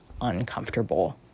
uncomfortable